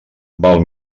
val